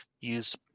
use